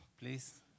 please